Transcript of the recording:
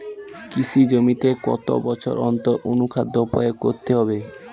কৃষি জমিতে কত বছর অন্তর অনুখাদ্য প্রয়োগ করতে হবে?